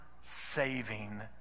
saving